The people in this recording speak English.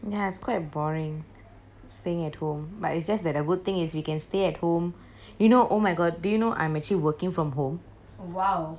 ya it's quite boring staying at home but it's just that the good thing is we can stay at home you know oh my god do you know I'm actually working from home